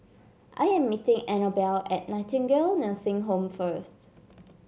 I am meeting Anabelle at Nightingale Nursing Home first